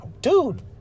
Dude